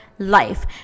life